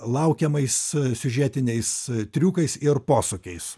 laukiamais siužetiniais triukais ir posūkiais